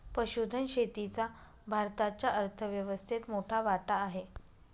पशुधन शेतीचा भारताच्या अर्थव्यवस्थेत मोठा वाटा आहे